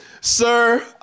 sir